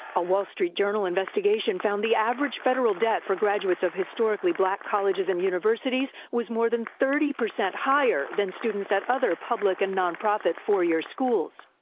a wall street journal investigation found the average federal debt for graduates of historically black colleges and universities was more than thirty percent higher than students at other public and nonprofit four-year schools.